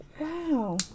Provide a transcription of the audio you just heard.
Wow